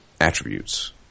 attributes